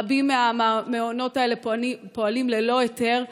רבים מהמעונות האלה פועלים ללא היתר,